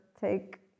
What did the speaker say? Take